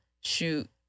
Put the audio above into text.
shoot